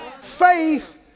Faith